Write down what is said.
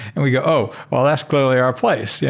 and we go, oh! well, that's clearly our place. yeah